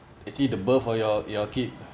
you see the birth for your your kid